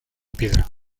piedra